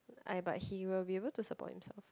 I but he will be able to support himself